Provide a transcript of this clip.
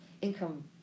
income